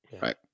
right